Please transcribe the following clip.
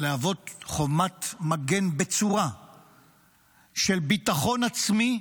להוות חומת מגן בצורה של ביטחון עצמי.